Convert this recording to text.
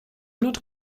not